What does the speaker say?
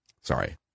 sorry